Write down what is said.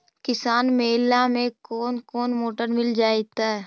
किसान मेला में कोन कोन मोटर मिल जैतै?